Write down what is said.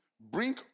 bring